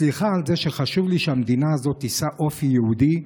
סליחה על זה שחשוב לי שהמדינה הזאת תישא אופי יהודי,